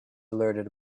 alerted